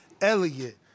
Elliott